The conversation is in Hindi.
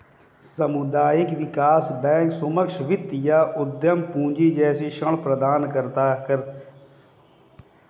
सामुदायिक विकास बैंक सूक्ष्म वित्त या उद्धम पूँजी जैसे ऋण प्रदान करते है